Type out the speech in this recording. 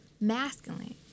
masculine